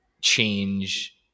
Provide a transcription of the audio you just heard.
change